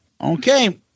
Okay